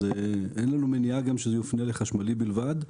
אין לנו מניעה גם שזה יופנה לחשמלי בלבד,